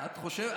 את חושבת?